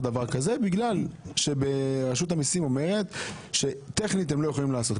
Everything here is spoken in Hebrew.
דבר כזה בגלל שרשות המיסים אומרת שטכנית הם לא יכולים לעשות את זה.